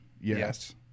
Yes